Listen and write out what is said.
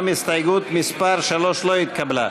גם הסתייגות מס' 3 לא התקבלה.